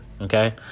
Okay